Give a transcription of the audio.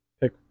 Pick